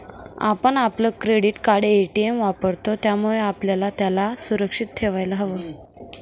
आपण आपलं credit card, ATM वापरतो, त्यामुळे आपल्याला त्याला सुरक्षित ठेवायला हव